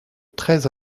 très